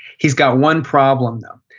he's got one problem, now.